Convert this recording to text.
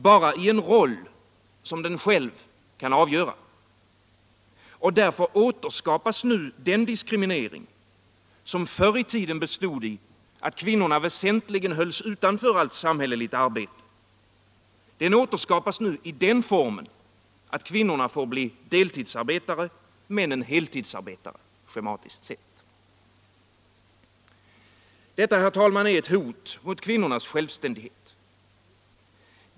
Bara i en roll som den själv kan avgöra. Därför återskapas nu den diskriminering som förr i tiden bestod i att kvinnorna väsentligen hölls utanför allt samhälleligt arbete. Diskrimineringen återskapas nu i den formen Årbetsmarknads politiken politiken att kvinnorna får bli deltidsarbetare, männen heltidsarbetare, schematiskt sett. Detta är, herr talman, ett hot mot kvinnornas självständighet.